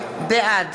בעד